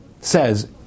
says